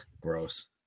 Gross